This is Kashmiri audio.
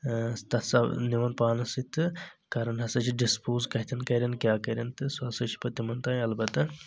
تتھ سا نِوان پانس سۭتۍ تہٕ کران ہسا چھِ ڈسپوز کتٮ۪ن کران تہٕ کیٛاہ کرَن تہٕ سُہ ہسا چھُ پتہٕ تِمن تانۍ البتہ